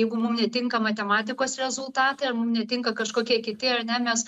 jeigu mum netinka matematikos rezultatai ar mum netinka kažkokie kiti ar ne mes